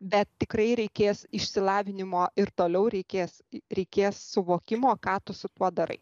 bet tikrai reikės išsilavinimo ir toliau reikės reikės suvokimo ką tu su tuo darai